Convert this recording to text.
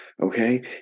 Okay